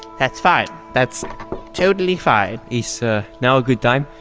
that's fine. that's totally fine is, ah, now a good time?